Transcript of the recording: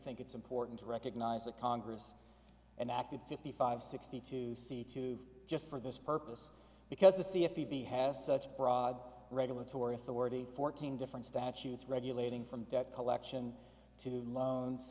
think it's important to recognize the congress and acted fifty five sixty two c two just for this purpose because the c f p b has such broad regulatory authority fourteen different statutes regulating from debt collection to loans